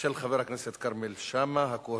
של חבר הכנסת כרמל שאמה-הכהן,